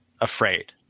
afraid